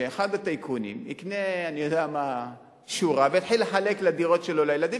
שאחד הטייקונים יקנה שורה ויתחיל לחלק דירות לילדים,